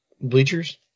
bleachers